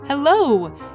Hello